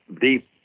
deep